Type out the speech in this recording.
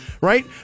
Right